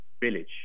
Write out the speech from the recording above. village